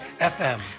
FM